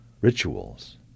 rituals